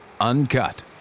Uncut